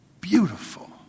beautiful